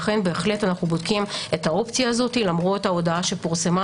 לכן אנו בודקים את האופציה הזו למרות ההודעה שפורסמה